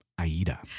Aida